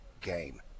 game